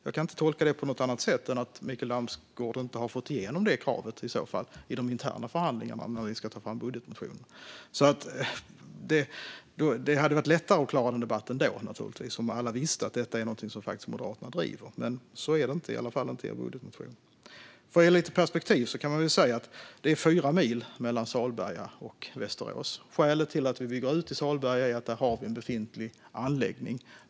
Jag kan inte tolka detta på annat sätt än att Mikael Damsgaard inte har fått igenom detta krav i de interna förhandlingarna om budgetmotionen. Det hade naturligtvis varit lättare att klara debatten om alla visste att detta är något som Moderaterna driver, men så är det inte, i alla fall inte i budgetmotionen. För att ge lite perspektiv kan jag säga att det är fyra mil mellan Salberga och Västerås. Skälet till att vi bygger ut i Salberga är att vi har en befintlig anläggning där.